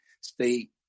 stay